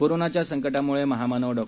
कोरोनाच्या संकटाम्ळे महामानव डॉ